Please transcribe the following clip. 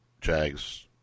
Jags